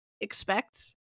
expect